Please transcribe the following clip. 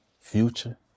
future